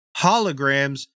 holograms